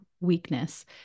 weakness